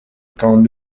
qu’en